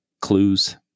clues